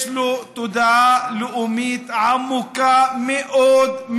יש לו תודעה לאומית עמוקה מאוד מאוד.